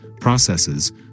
processes